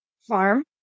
farm